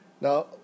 Now